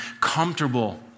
comfortable